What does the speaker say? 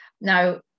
Now